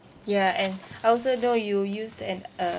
yeah and I also know you used and uh